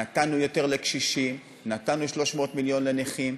נתנו יותר לקשישים, נתנו 300 מיליון לנכים,